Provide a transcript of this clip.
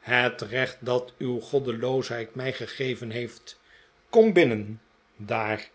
het recht dat uw goddeloosheid mij gegeven heeft kom binnen daar